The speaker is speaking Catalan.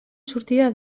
sortida